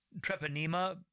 Treponema